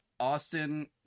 Austin